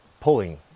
pulling